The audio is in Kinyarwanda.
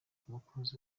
umukunzi